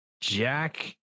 Jack